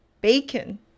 Bacon